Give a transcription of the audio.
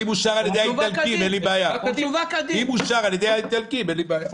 אם אושר על ידי האיטלקים אין לי בעיה.